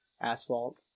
asphalt